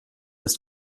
ist